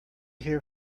here